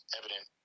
evident